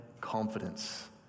confidence